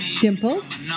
Dimples